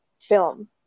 film